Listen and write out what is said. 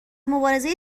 مبارزه